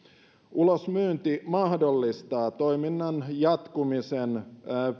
ulosmyynti mahdollistaa toiminnan jatkumisen